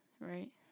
right